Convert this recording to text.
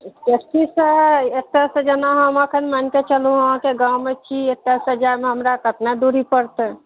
एकतिससे एतएसे जेना हम एखन मानिके चलू अहाँके गाममे छी एतएसे जाइमे हमरा कतना दूरी पड़तै